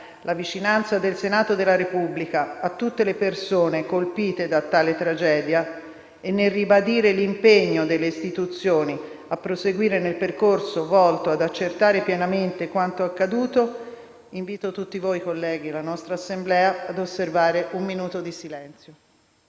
la vicinanza del Senato della Repubblica a tutte le persone colpite da tale tragedia e nel ribadire l'impegno delle Istituzioni a proseguire nel percorso volto ad accertare pienamente quanto accaduto, invito l'Assemblea ad osservare un minuto di silenzio.